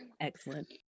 Excellent